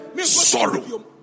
Sorrow